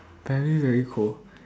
very very cold